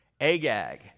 Agag